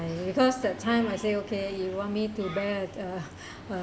because that time I say okay you want me to bear uh